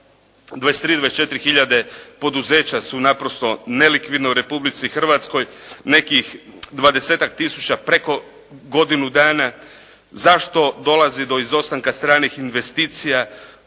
23, 24 tisuće poduzeća su naprosto nelikvidna u Republici Hrvatskoj, nekih dvadesetak tisuća preko godinu dana, zašto dolazi do izostanka stranih investicija,